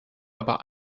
aber